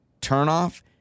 turnoff